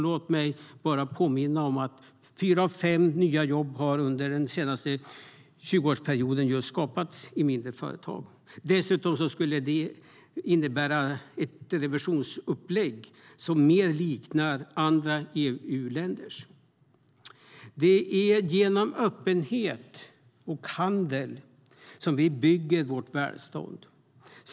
Låt mig bara påminna om att fyra av fem nya jobb under den senaste tjugoårsperioden just skapats i mindre företag. Dessutom skulle detta innebära ett revisionsupplägg som mer liknar andra EU-länders. Det är genom öppenhet och handel som vi bygger vårt välstånd.